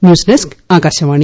news desk Akashvani